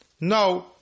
no